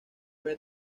beta